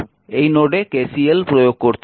এই নোডে KCL প্রয়োগ করতে হবে